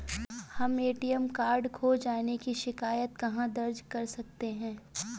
हम ATM card खो जाने की शिकायत कहाँ दर्ज कर सकते हैं?